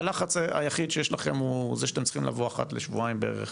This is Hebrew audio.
הלחץ היחיד שיש לכם הוא זה שאתם צריכים לבוא אחת לשבועיים בערך